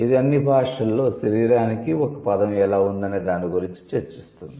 ఇది అన్ని భాషలలో 'శరీరానికి' ఒక పదం ఎలా ఉందనే దాని గురించి చర్చిస్తుంది